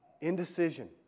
Indecision